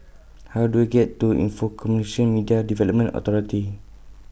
How Do I get to Info Communications Media Development Authority